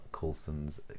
Coulson's